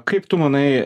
kaip tu manai